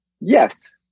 yes